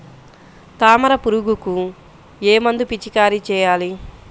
తామర పురుగుకు ఏ మందు పిచికారీ చేయాలి?